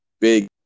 big